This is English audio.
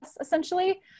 essentially